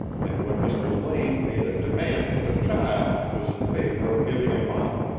and when mr. lane made a demand for the child was in favor of giving him up.